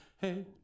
Hey